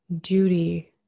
duty